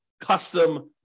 custom